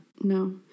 No